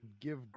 give